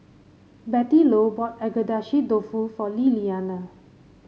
Bettylou bought Agedashi Dofu for Liliana